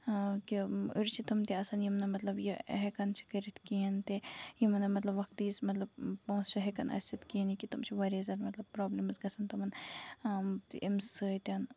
کہِ أسۍ چھِ تٔمۍ تہِ آسان یم نہٕ مطلب یہِ ہٮ۪کن چھِ کٔرِتھ کِہینۍ تہِ یِمن نہٕ مطلب وَقتہِ پوٚنسہٕ چھُ ہٮ۪کان ٲسِتھ کِہینۍ تہِ تٔمۍ چھِ مطلب واریاہ زیادٕ مطلب پرابلمٕز گژھان تِمن اَمہِ سۭتۍ